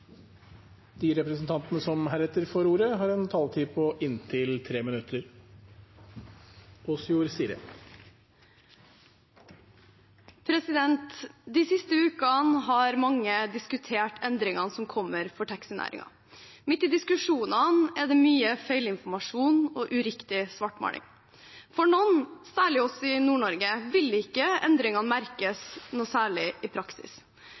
De talere som heretter får ordet, har en taletid på inntil 3 minutter. De siste ukene har mange diskutert endringene som kommer for taxinæringen. Midt i diskusjonene er det mye feilinformasjon og uriktig svartmaling. For noen, særlig oss i Nord-Norge, vil ikke endringene merkes noe særlig i praksis.